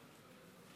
הכנסת,